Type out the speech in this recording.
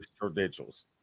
credentials